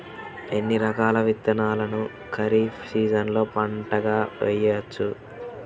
ఎన్ని రకాల విత్తనాలను ఖరీఫ్ సీజన్లో పంటగా వేయచ్చు?